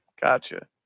Gotcha